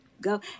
Go